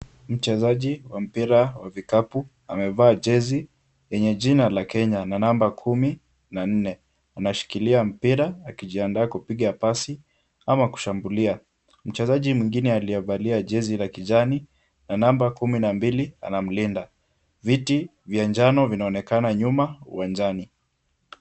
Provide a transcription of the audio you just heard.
Mchezaji wa mpira ya vikapu amevaa jezi yenye jina la Kenya ya namba kumi na nne, anashikilia mpira akijiandaa kupiga pasi ama kushambulia. Mchezaji mwingine aliyevalia jezi la kijani ya namba kumi na mbili anamlinda. Viti vya njano vinaonekana nyuma uwanjani.